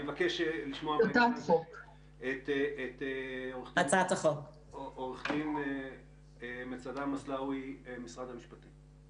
אני מבקש לשמוע את עורכת הדין מצדה מצלאוי ממשרד המשפטים.